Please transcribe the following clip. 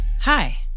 Hi